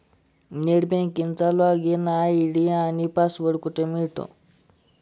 Net बँकिंगचा login ID आणि password कुठे मिळेल?